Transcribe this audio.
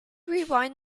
rewind